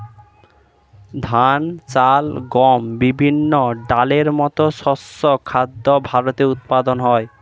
ধান, চাল, গম, বিভিন্ন ডালের মতো শস্য খাদ্য ভারতে উৎপাদন হয়